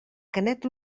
canet